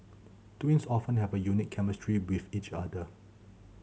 twins often have a unique chemistry with each other